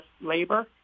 labor